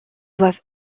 doivent